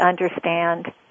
understand